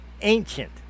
Ancient